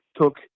took